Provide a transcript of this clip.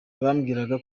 bambwiraga